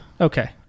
Okay